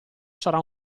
sarà